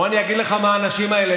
בוא אני אגיד לך מה האנשים האלה,